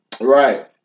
Right